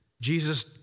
Jesus